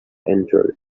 entered